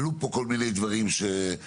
עלו פה כל מיני דברים שנעשו.